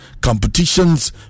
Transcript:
competitions